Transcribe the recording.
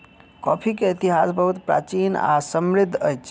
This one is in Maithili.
कॉफ़ी के इतिहास बहुत प्राचीन आ समृद्धि अछि